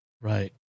Right